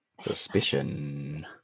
suspicion